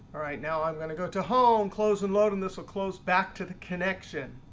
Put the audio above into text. now i'm going to go to home. close and load and this will close back to the connection.